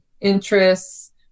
interests